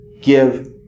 give